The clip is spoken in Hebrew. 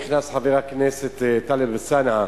נכנס חבר הכנסת טלב אלסאנע.